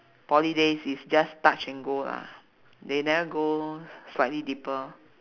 poly days is just touch and go lah they never go slightly deeper